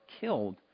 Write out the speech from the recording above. killed